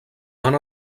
van